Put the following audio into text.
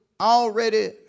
already